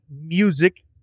music